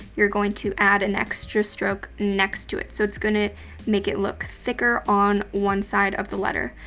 you're going to add an extra stroke next to it. so it's gonna make it look thicker on one side of the letter.